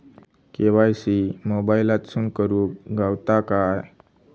KYC मोबाईलातसून करुक गावता काय?